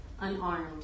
unarmed